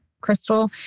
Crystal